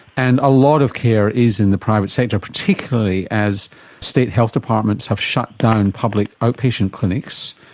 and a lot of care is in the private sector, particularly as state health departments have shut down public outpatient clinics.